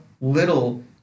little